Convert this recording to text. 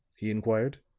he inquired.